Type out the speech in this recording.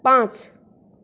पांच